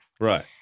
Right